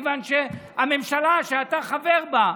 מכיוון שבממשלה שאתה חבר בה,